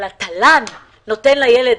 התל"ן נותן לילד